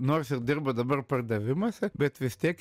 nors ir dirbu dabar pardavimuose bet vis tiek